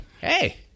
hey